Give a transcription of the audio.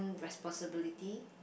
responsibility